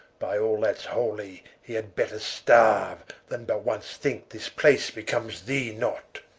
by all that's holy, he had better starue, then but once thinke his place becomes thee not